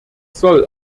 soll